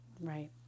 Right